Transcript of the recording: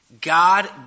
God